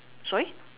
sorry